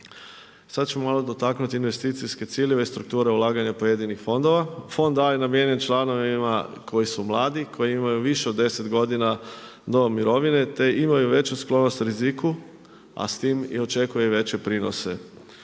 Sad ću malo dotaknuti investicijske ciljeve, strukture ulaganja pojedinih fondova. Fond A je namijenjen članovima koji su mladi, koji imaju više od 10 godina do mirovine, te imaju veću sklonost riziku, a s tim i očekuje veće prinose.